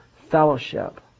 Fellowship